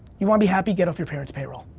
you wanna be happy, get off your parents' payroll.